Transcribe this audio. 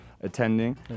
attending